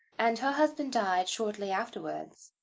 and her husband died shortly afterwards,